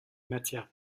matières